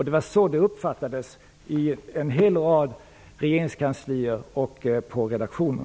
Det var så det hela uppfattas på en rad regeringskanslier och redaktioner.